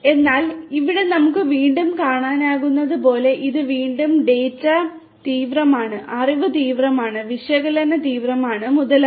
എന്നാൽ ഇവിടെ നമുക്ക് വീണ്ടും കാണാനാകുന്നതുപോലെ ഇത് വീണ്ടും ഡാറ്റ തീവ്രമാണ് അറിവ് തീവ്രമാണ് വിശകലന തീവ്രമാണ് മുതലായവ